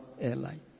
airline